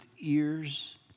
ears